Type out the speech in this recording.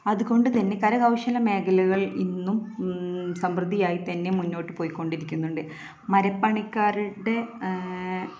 അതുകൊണ്ടുതന്നെ കരകൗശല മേഖലകൾ ഇന്നും സമൃദ്ധിയായി തന്നെ മുന്നോട്ടു പോയിക്കൊണ്ടിരിക്കുന്നുണ്ട് മരപ്പണിക്കാരുടെ